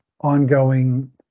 ongoing